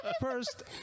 first